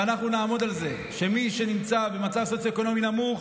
ואנחנו נעמוד על זה שמי שנמצא במצב סוציו-אקונומי נמוך